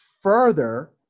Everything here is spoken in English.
further